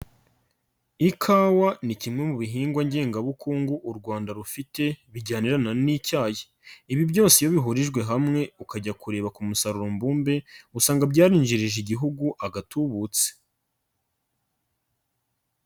Ikawa ni kimwe mu bihingwa ngengabukungu u Rwanda rufite, bijyanirana n'icyayi. Ibi byose iyo bihurijwe hamwe, ukajya kureba ku musaruro mbumbe, usanga byarinjirije igihugu agatubutse.